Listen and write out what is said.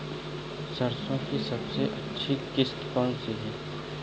सरसो की सबसे अच्छी किश्त कौन सी है?